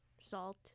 Salt